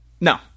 no